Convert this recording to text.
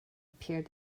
appeared